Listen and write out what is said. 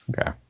Okay